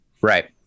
Right